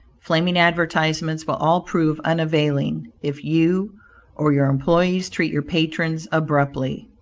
flaming advertisements, will all prove unavailing if you or your employees treat your patrons abruptly.